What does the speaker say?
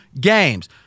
games